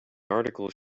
article